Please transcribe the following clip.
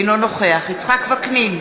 אינו נוכח יצחק וקנין,